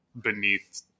beneath